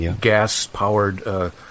gas-powered